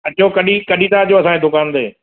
अचो कॾहिं कॾहिं था अचो असांजे दुकान ते